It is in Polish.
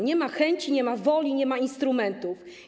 Nie ma chęci, nie ma woli, nie ma instrumentów.